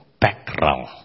background